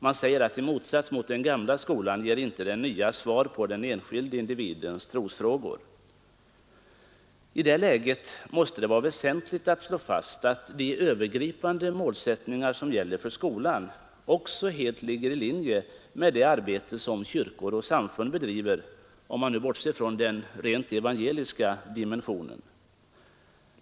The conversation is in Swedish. Man säger att i motsats till den gamla skolan ger inte den nya svar på den enskilde individens trosfrågor. I det läget måste det vara väsentligt att slå fast att de övergripande målsättningar som gäller för skolan också helt ligger i linje med det arbete som kyrkor och samfund bedriver, bortsett nu från den rent evangeliska dimensionen.